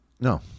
No